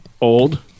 old